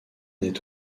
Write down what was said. est